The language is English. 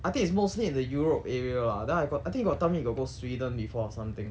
I think it's mostly in the europe area lah then I got I think he got tell me go sweden before or something